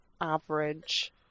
average